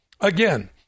again